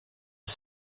ist